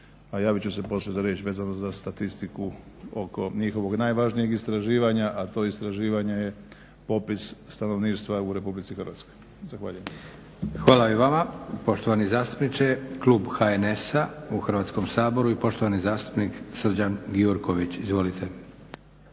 a javit ću se poslije za riječ vezano za statistiku oko njihovog najvažnije istraživanja, a to istraživanje je popis stanovništva u Republici Hrvatskoj. Zahvaljujem. **Leko, Josip (SDP)** Hvala i vama poštovani zastupniče. Klub HNS-a u Hrvatskom saboru i poštovani zastupnik Srđan Gjurković. Izvolite.